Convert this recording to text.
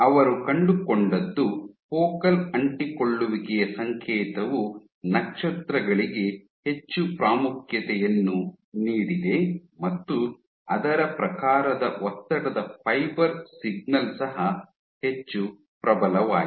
ಅವರು ಕಂಡುಕೊಂಡದ್ದು ಫೋಕಲ್ ಅಂಟಿಕೊಳ್ಳುವಿಕೆಯ ಸಂಕೇತವು ನಕ್ಷತ್ರಗಳಿಗೆ ಹೆಚ್ಚು ಪ್ರಾಮುಖ್ಯತೆಯನ್ನು ನೀಡಿದೆ ಮತ್ತು ಅದರ ಪ್ರಕಾರ ಒತ್ತಡದ ಫೈಬರ್ ಸಿಗ್ನಲ್ ಸಹ ಹೆಚ್ಚು ಪ್ರಬಲವಾಗಿದೆ